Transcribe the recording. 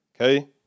Okay